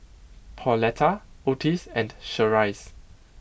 Pauletta Ottis and Cherise